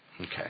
okay